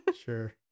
Sure